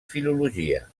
filologia